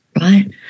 right